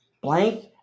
Blank